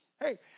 Hey